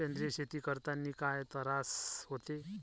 सेंद्रिय शेती करतांनी काय तरास होते?